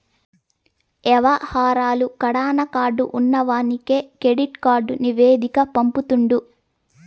యవహారాలు కడాన కార్డు ఉన్నవానికి కెడిట్ కార్డు నివేదిక పంపుతుండు